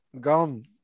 gone